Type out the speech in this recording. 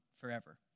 forever